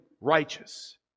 righteous